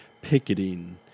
picketing